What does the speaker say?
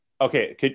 Okay